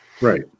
Right